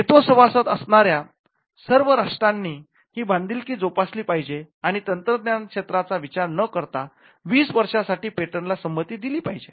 व्हतो सभासद असणाऱ्या सर्व राष्ट्रांनी ही बांधिलकी जोपासली पाहिजे आणि तंत्रज्ञान क्षेत्राचा विचार न करता वीस वर्षासाठी पेटंटला संमती दिली पाहिजे